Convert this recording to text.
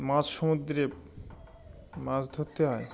মাঝসমুদ্রে মাছ ধরতে হয়